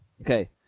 Okay